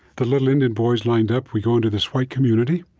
the little indian boys lined up, we go into this white community,